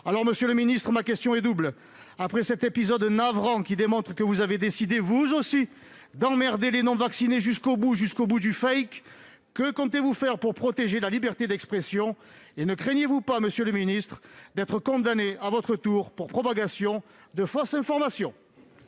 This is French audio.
Alors, monsieur le ministre, ma question est double : après cet épisode navrant, qui démontre que vous avez décidé vous aussi d'« emmerder » les non-vaccinés jusqu'au bout, jusqu'au bout du, que comptez-vous faire pour protéger la liberté d'expression et ne craignez-vous pas d'être condamné, à votre tour, pour propagation de fausses informations ?